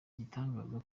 igitangaza